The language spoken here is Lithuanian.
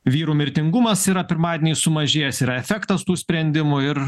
vyrų mirtingumas yra pirmadieniais sumažėjęs yra efektas tų sprendimų ir